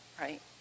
right